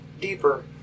deeper